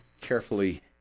carefully